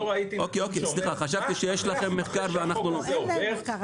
אין להם מחקר.